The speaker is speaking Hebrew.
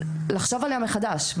לחשוב עליה מחדש.